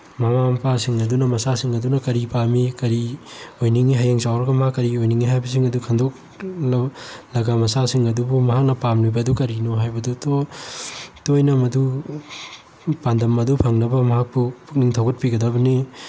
ꯃꯃꯥ ꯃꯄꯥꯁꯤꯡ ꯑꯗꯨꯅ ꯃꯆꯥꯁꯤꯡ ꯑꯗꯨꯅ ꯀꯔꯤ ꯄꯥꯝꯃꯤ ꯀꯔꯤ ꯑꯣꯏꯅꯤꯡꯏ ꯍꯌꯦꯡ ꯆꯥꯎꯔꯒ ꯃꯥ ꯀꯔꯤ ꯑꯣꯏꯅꯤꯡꯏ ꯍꯥꯏꯕꯁꯤꯡ ꯑꯗꯨ ꯈꯪꯗꯣꯛꯂꯒ ꯃꯆꯥꯁꯤꯡ ꯑꯗꯨꯕꯨ ꯃꯍꯥꯛꯅ ꯄꯥꯝꯂꯤꯕ ꯑꯗꯨ ꯀꯔꯤꯅꯣ ꯍꯥꯏꯕꯗꯨ ꯇꯣꯏꯅ ꯃꯗꯨ ꯄꯥꯟꯗꯝ ꯑꯗꯨ ꯐꯪꯅꯕ ꯃꯍꯥꯛꯄꯨ ꯄꯨꯛꯅꯤꯡ ꯊꯧꯒꯠꯄꯤꯒꯗꯕꯅꯤ